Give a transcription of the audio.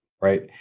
right